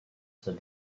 said